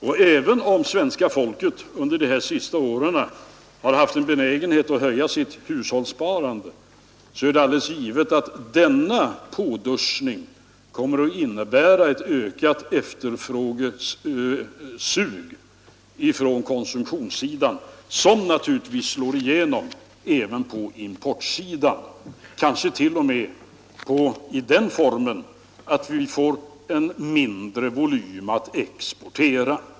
Och även om svenska folket under de senaste åren har haft en benägenhet att höja sitt hushållssparande, så är det alldeles givet att denna påduschning kommer att innebära ett ökat efterfrågesug från konsumtionssidan, som naturligtvis slår igenom även på importsidan — kanske därutöver också i den formen att vi får en mindre volym att exportera.